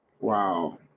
Wow